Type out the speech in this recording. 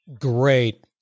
great